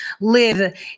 live